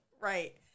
Right